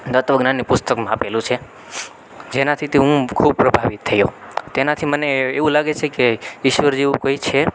તત્વજ્ઞાનની પુસ્તકમાં આપેલું છે જેનાથી તે હું ખૂબ પ્રભાવિત થયો તેનાથી મને એવું લાગે છે કે ઈશ્વર જેવુ કોઈ છે